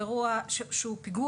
הזה.